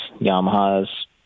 Yamaha's